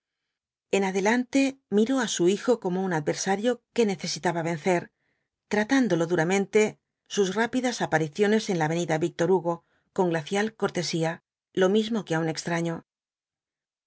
en adelante miró á su hijo como un adversario que necesitaba vencer tratándolo durante sus rápidas apariciones en la avenida víctor hugo con glacial cortesía lo mismo que á un extraño